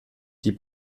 die